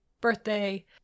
birthday